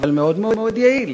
אבל מאוד מאוד יעיל.